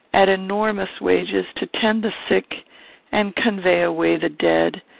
at enormous wages, to tend the sick and convey away the dead,